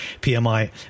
PMI